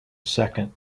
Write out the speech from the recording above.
second